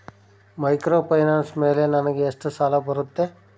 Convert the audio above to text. Microfinance ಮೇಲೆ ನನಗೆ ಎಷ್ಟು ಸಾಲ ಬರುತ್ತೆ?